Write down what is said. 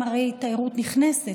הרי גם תיירות נכנסת